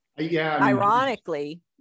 Ironically